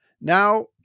Now